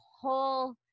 whole